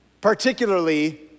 particularly